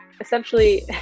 Essentially